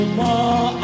more